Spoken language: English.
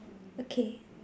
okay